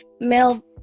male